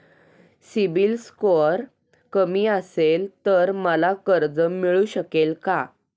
CIBIL score कमी असेल तर मला कर्ज मिळू शकेल का?